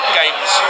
games